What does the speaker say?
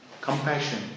Compassion